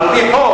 על-פי חוק.